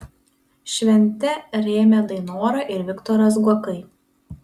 šventę rėmė dainora ir viktoras guokai